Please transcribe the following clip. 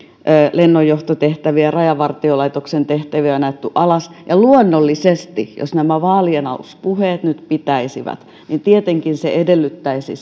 lennonjohtotehtäviä ja rajavartiolaitoksen tehtäviä on ajettu alas luonnollisesti jos nämä vaalienaluspuheet nyt pitäisivät tietenkin se edellyttäisi